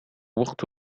وقت